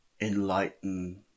enlighten